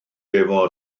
efo